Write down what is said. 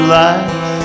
life